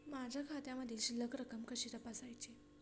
माझ्या खात्यामधील शिल्लक रक्कम कशी तपासायची?